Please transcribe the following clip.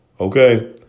Okay